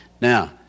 Now